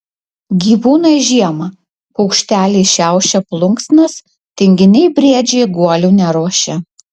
gyvūnai žiemą paukšteliai šiaušia plunksnas tinginiai briedžiai guolių neruošia